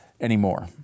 anymore